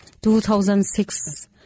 2006